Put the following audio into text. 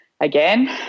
again